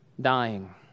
dying